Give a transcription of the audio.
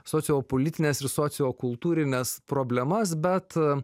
sociopolitines ir sociokultūrines problemas bet